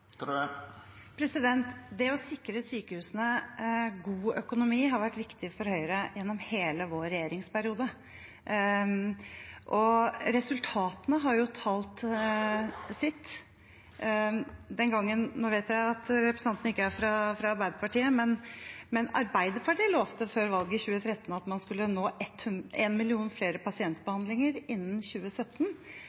Det å sikre sykehusene god økonomi har vært viktig for Høyre gjennom hele vår regjeringsperiode, og resultatene har jo talt for seg. Nå vet jeg at representanten ikke er fra Arbeiderpartiet, men Arbeiderpartiet lovet før valget i 2013 at man skulle nå én million flere